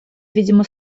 видимо